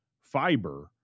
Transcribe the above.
fiber